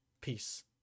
peace